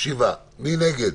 מי נגד?